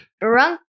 drunk